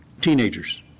Teenagers